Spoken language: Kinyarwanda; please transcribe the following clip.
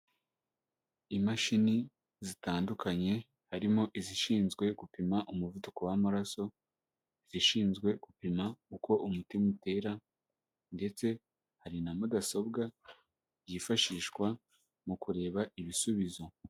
Imashini zitandukanye harimo izishinzwe gupima umuvuduko w'amaraso, izishinzwe gupima uko umutima utera, ndetse hari na mudasobwa yifashishwa mu kureba ibisubizo.